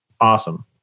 awesome